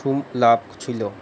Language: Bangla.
সুলভ ছিল